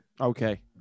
Okay